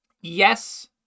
Yes